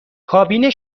کابین